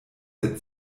der